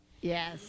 Yes